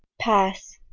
pass.